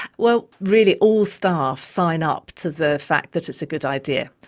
well, really all staff sign up to the fact that it's a good idea.